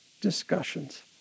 discussions